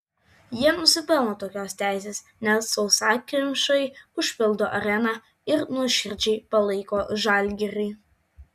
jie nusipelno tokios teisės nes sausakimšai užpildo areną ir nuoširdžiai palaiko žalgirį